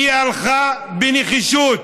והיא הלכה בנחישות,